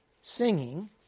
singing